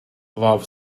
love